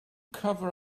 cover